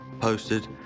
posted